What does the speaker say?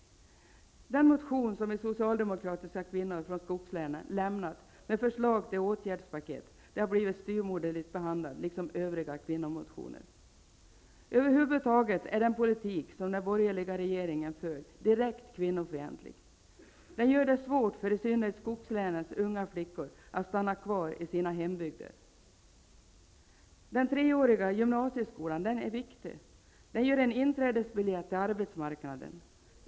Den motion som vi socialdemokratiska kvinnor från skogslänen lämnat med förslag till åtgärdspaket har blivit styvmoderligt behandlad liksom övriga kvinnomotioner. Över huvud taget är den politik som den borgerliga regeringen för direkt kvinnofientlig. Den gör det svårt för i synnerhet skogslänens unga flickor att stanna kvar i sina hembygder. Den treåriga gymnasieskolan är viktig. Den ger en inträdesbiljett till arbetsmarknaden.